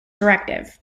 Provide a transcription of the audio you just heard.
directive